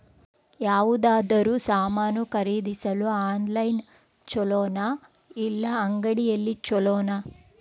ಯಾವುದಾದರೂ ಸಾಮಾನು ಖರೇದಿಸಲು ಆನ್ಲೈನ್ ಛೊಲೊನಾ ಇಲ್ಲ ಅಂಗಡಿಯಲ್ಲಿ ಛೊಲೊನಾ?